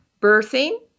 birthing